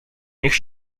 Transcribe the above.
niech